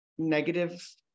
negative